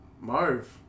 Marv